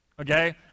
okay